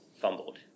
fumbled